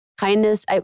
kindness